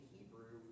Hebrew